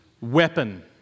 weapon